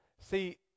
See